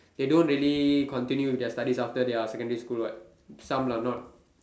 they don't really continue with their studies after their secondary school what some lah not